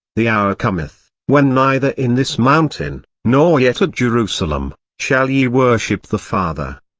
the hour cometh, when neither in this mountain, nor yet at jerusalem, shall ye worship the father.